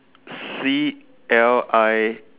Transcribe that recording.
C L I